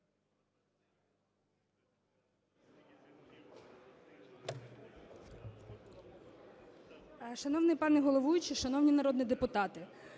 Шановний пане головуючий, шановні народні депутати,